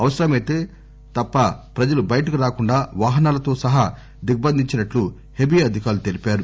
అవసరమైతే తప్ప ప్రజలు బయటకు రాకుండా వాహనాలతో సహా దిగ్బంధించినట్లు హెబీ అధికారులు తెలిపారు